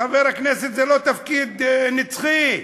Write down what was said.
חבר הכנסת זה לא תפקיד נצחי,